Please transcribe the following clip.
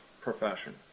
profession